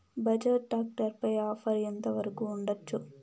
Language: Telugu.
బజాజ్ టాక్టర్ పై ఆఫర్ ఎంత వరకు ఉండచ్చు?